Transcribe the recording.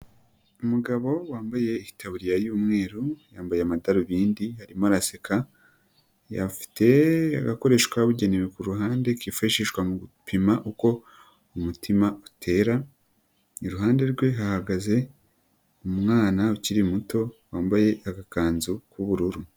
Umugabo wambaye itaburiya y'umweru, yambaye amadarubindi, arimo araseka, afite agakoresho kabugenewe ku ruhande kifashishwa mu gupima uko umutima utera, iruhande rwe hahagaze umwana ukiri muto, wambaye agakanzu k'ubururu.